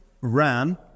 ran